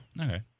Okay